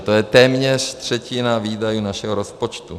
To je téměř třetina výdajů našeho rozpočtu.